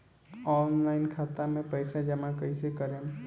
Online खाता मे पईसा जमा कइसे करेम?